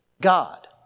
God